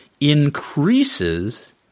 increases